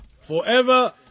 forever